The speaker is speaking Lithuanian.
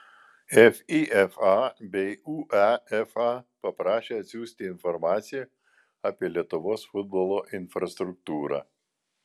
fifa bei uefa paprašė atsiųsti informaciją apie lietuvos futbolo infrastruktūrą